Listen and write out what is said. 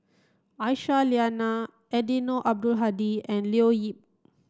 Aisyah Lyana Eddino Abdul Hadi and Leo Yip